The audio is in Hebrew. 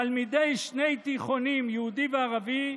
תלמידי שני תיכונים, יהודי וערבי,